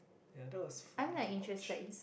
ya that was fun to watch